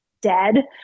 dead